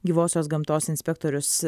gyvosios gamtos inspektorius